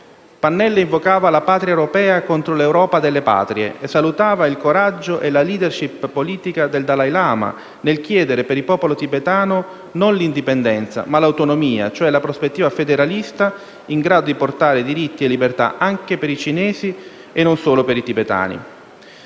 Pannella invocava la Patria europea contro l'Europa delle patrie e salutava il coraggio e la *leadership* politica del Dalai Lama nel chiedere, per il popolo tibetano, non l'indipendenza, ma l'autonomia, cioè la prospettiva federalista in grado di portare diritti e libertà anche per i cinesi e non solo per i tibetani.